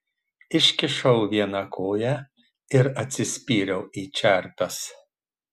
iškišau vieną koją ir atsispyriau į čerpes